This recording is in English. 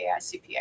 AICPA